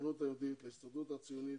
לסוכנות היהודית, להסתדרות הציונית